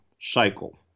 cycle